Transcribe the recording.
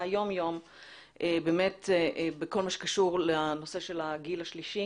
יום יום בכל מה שקשור לנושא של הגיל השלישי